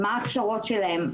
מה ההכשרות שלהם,